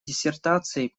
диссертацией